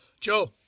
Joe